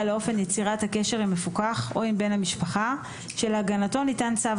לאופן יצירת הקשר עם מפוקח או עם בן המשפחה שלהגעתו ניתן צו